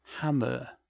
Hammer